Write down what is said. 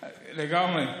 לגמרי.